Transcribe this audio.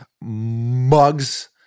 Mugs